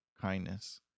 kindness